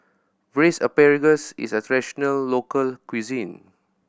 Braised Asparagus is a traditional local cuisine